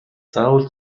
заавал